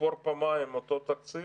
לספור פעמיים את אותו תקציב,